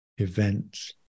events